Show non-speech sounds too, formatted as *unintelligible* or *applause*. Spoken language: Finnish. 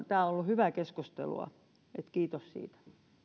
*unintelligible* tämä on ollut hyvää keskustelua kiitos siitä